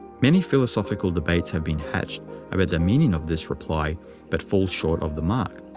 many philosophical debates have been hatched about the meaning of this reply but fall short of the mark.